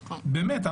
באמת.